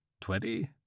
Twenty